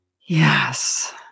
Yes